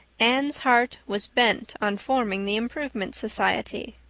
anne's heart was bent on forming the improvement society.